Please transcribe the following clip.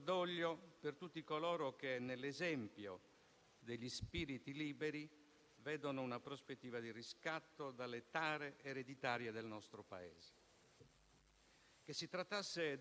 giovane pastore di Dolianova accusato di omicidio da un pentito di 'ndrangheta, Rocco Varacalli, rivelatosi poi il vero autore del delitto.